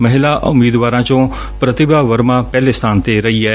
ਮਹਿਲਾ ਉਮੀਦਵਾਰਾਂ ਚ ਪ੍ਰਤਿਭਾ ਵਰਮਾ ਪਹਿਲੇ ਸਬਾਨ ਤੇ ਰਹੀ ਐ